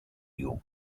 you